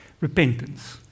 repentance